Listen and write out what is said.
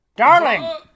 Darling